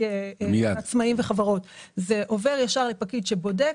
עצמאים וחברות אלא זה עובר ישר לפקיד שבודק,